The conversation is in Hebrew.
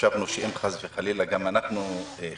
וחשבנו שאם חס וחלילה גם אנחנו חיוביים,